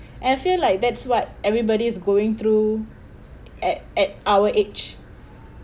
and I feel like that's what everybody's going through at at our age